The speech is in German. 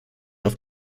auf